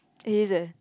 it is eh